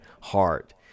heart